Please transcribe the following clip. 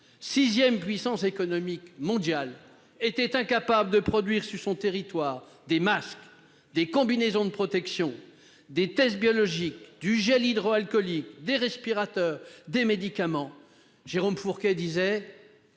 sixième puissance économique mondiale, était incapable de produire sur son territoire des masques, des combinaisons de protection, des tests biologiques, du gel hydroalcoolique, des respirateurs, des médicaments. Jérôme Fourquet disait